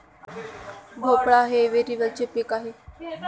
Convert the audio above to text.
भोपळा हे वेलीवरचे पीक आहे